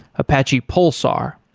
apache pulsar.